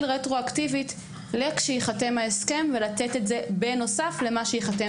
רטרואקטיבית לכשייחתם ההסכם ולתת את זה בנוסף למה שייחתם